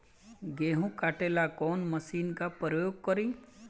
गेहूं काटे ला कवन मशीन का प्रयोग करी?